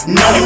no